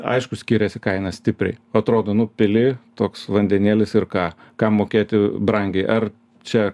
aišku skiriasi kaina stipriai atrodo nu pili toks vandenėlis ir ką kam mokėti brangiai ar čia